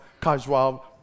casual